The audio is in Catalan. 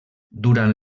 durant